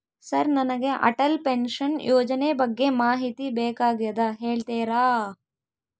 Sir ನನಗೆ Atal pension ಯೋಜನೆ ಬಗ್ಗೆ ಮಾಹಿತಿ ಬೇಕಾಗ್ಯದ ಹೇಳ್ತೇರಾ?